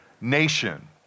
nation